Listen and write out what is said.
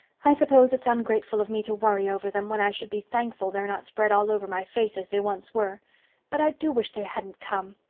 i suppose it's ungrateful of me to worry over them, when i should be thankful they're not spread all over my face as they once were but i do wish they hadn't come.